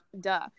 duh